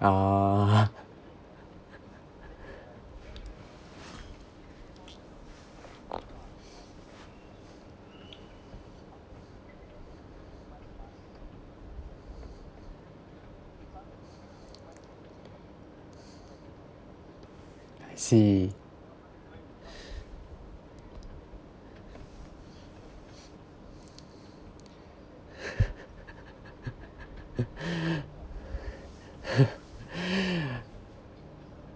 ah I see